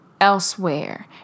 elsewhere